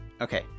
okay